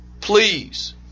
Please